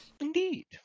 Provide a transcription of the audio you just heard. Indeed